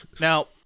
Now